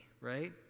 right